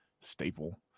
staple